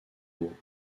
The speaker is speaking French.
maux